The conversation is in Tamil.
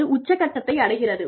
அது உச்சக் கட்டத்தை அடைகிறது